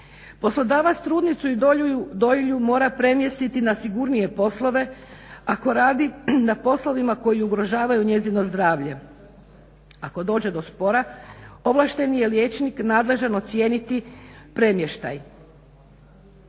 Poslodavac trudnicu i dojilju mora premjestiti na sigurnije poslove ako radi na poslovima koji ugrožavaju njezino zdravlje. Ako dođe do spora ovlašteni je liječnik nadležan ocijeniti premještaj.